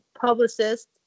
publicist